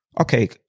okay